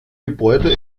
gebäude